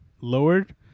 lowered